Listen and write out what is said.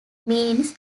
means